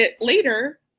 later